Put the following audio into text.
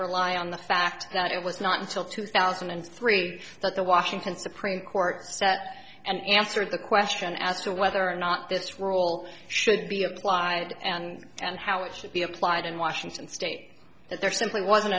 rely on the fact that it was not until two thousand and three but the washington supreme court sat and answered the question as to whether or not this rule should be applied and and how it should be applied in washington state that there simply wasn't